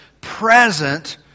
present